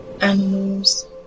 animals